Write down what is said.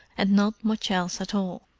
and not much else at all.